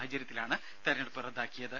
സാഹചര്യത്തിലാണ് തെരഞ്ഞെടുപ്പ് റദ്ദാക്കിയത്